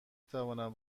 توانم